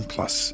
Plus